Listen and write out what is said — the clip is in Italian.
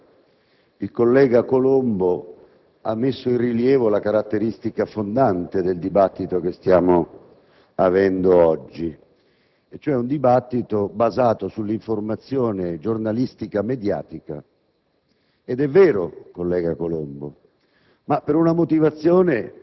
colleghi, molto improvvidamente per la sua parte politica il collega Furio Colombo ha messo in rilievo la caratteristica fondante del dibattito che stiamo facendo oggi, dibattito basato sull'informazione giornalistica mediatica.